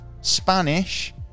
Spanish